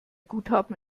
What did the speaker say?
guthaben